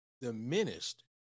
diminished